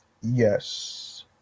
Yes